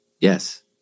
Yes